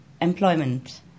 employment